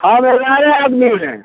हम ग्यारह आदमी हैं